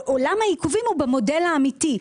עולם העיכובים הוא במודל האמיתי.